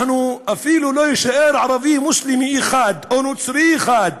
אפילו לא יישאר ערבי מוסלמי אחד, או נוצרי אחד,